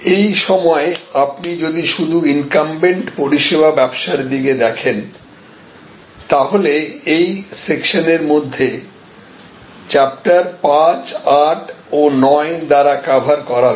এই সময় আপনি যদি শুধু ইনকাম্বেন্ট পরিষেবা ব্যবসার দিকে দেখেন তাহলে এই সেকশন এর মধ্যে চ্যাপ্টার 58 ও 9 দ্বারা কভার করা হয়েছে